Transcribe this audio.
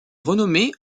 renommée